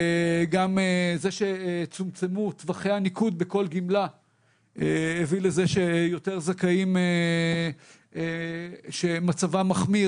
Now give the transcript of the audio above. גם זה שצומצמו טווחי הניקוד בכל גמלה הביא לזה שיותר זכאים שמצבם מחמיר,